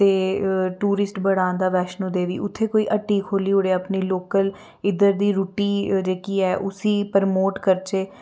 ते टूरिस्ट बड़ा आंदा बैश्णो देवी उत्थे कोई हट्टी खोह्ली ओड़ै कोई अपनी लोकल इद्धर दी रुट्टी जेह्की ऐ उसी प्रमोट करचै